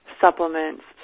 supplements